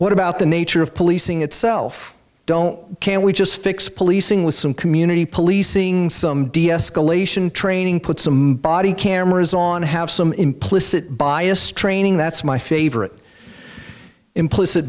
what about the nature of policing itself don't can we just fix policing with some community policing some deescalation training put some body cameras on have some implicit bias training that's my favorite implicit